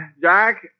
Jack